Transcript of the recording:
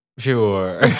Sure